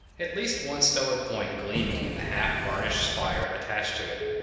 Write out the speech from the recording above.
at least one stellar point gleaming in the half-vanished spire attached to it.